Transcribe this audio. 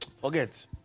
Forget